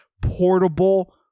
portable